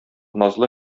назлы